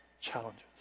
challenges